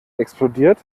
explodiert